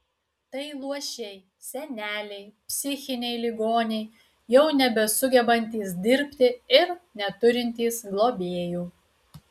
tai luošiai seneliai psichiniai ligoniai jau nebesugebantys dirbti ir neturintys globėjų